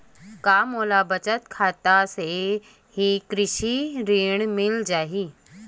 का मोला बचत खाता से ही कृषि ऋण मिल जाहि?